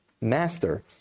master